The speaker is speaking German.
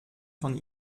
von